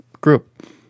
group